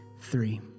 three